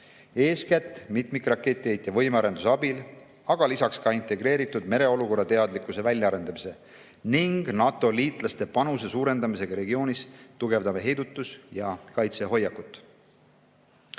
Eeskätt mitmikraketiheitja võimearenduse abil, aga ka integreeritud mereolukorrateadlikkuse väljaarendamise ning NATO-liitlaste panuse suurendamisega regioonis tugevdame heidutus‑ ja kaitsehoiakut.